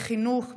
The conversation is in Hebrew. בחינוך,